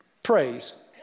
Praise